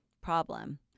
problem